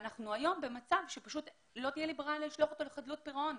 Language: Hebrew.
ואנחנו היום במצב שפשוט לא תהיה לי ברירה אלא לשלוח אותו לחדלות פירעון.